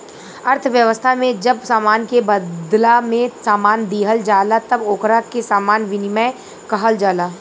अर्थव्यवस्था में जब सामान के बादला में सामान दीहल जाला तब ओकरा के सामान विनिमय कहल जाला